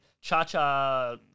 Cha-Cha